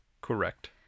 Correct